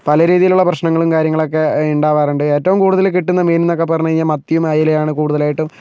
പല രീതിയിലുള്ള പ്രശ്നങ്ങളും കാര്യങ്ങളൊക്കെ ഉണ്ടാകാറുണ്ട് ഏറ്റവും കൂടുതൽ കിട്ടുന്ന മീൻ എന്നൊക്കെ പറഞ്ഞാൽ മത്തിയും അയലയുമാണ് കൂടുതലായിട്ടും